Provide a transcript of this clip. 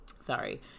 Sorry